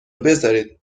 بذارید